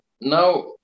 now